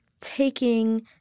taking